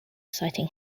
citing